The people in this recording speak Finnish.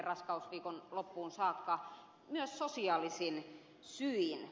raskausviikon loppuun saakka myös sosiaalisin syin